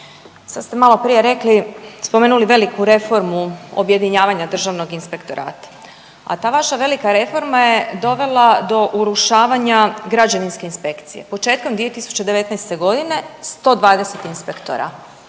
sad ste maloprije rekli, spomenuli veliku reformu objedinjavanja državnog inspektorata, a ta vaša velika reforma je dovela do urušavanja građevinske inspekcije, početkom 2019.g. 120 inspektora,